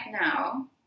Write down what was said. now